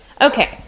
okay